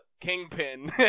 Kingpin